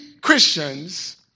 Christians